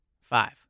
five